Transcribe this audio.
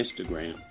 Instagram